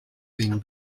been